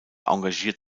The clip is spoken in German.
engagiert